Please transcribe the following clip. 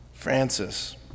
Francis